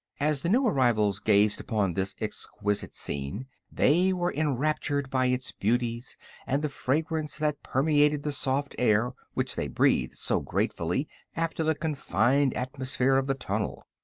as the new arrivals gazed upon this exquisite scene they were enraptured by its beauties and the fragrance that permeated the soft air, which they breathed so gratefully after the confined atmosphere of the tunnel.